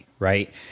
Right